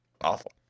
Awful